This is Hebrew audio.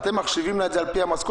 אתם מחשיבים לה את זה לפי המשכורת,